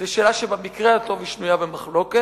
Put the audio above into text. זו שאלה שבמקרה הטוב היא שנויה במחלוקת.